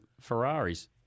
Ferraris